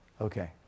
okay